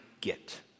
get